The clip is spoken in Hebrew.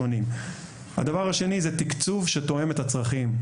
הדבר השני, זה תקצוב שתואם את הצרכים.